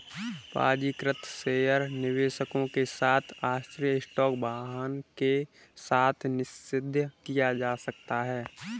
पंजीकृत शेयर निवेशकों के साथ आश्चर्य स्टॉक वाहन के साथ निषिद्ध किया जा सकता है